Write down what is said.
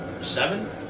seven